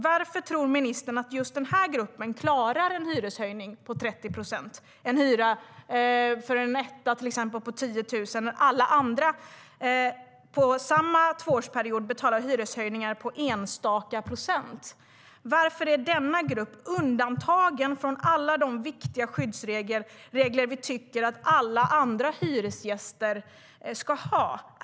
Varför tror ministern att just de grupperna klarar en hyreshöjning på 30 procent eller en hyra på 10 000 för en etta, när alla andra under samma tvåårsperiod betalar hyreshöjningar på några enstaka procent? Varför är denna grupp undantagen från alla de viktiga skyddsregler vi tycker att alla andra hyresgäster ska ha?